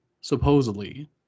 Supposedly